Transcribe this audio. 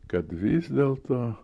kad vis dėlto